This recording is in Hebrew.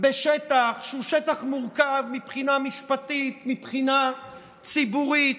בשטח שהוא מורכב מבחינה משפטית, מבחינה ציבורית,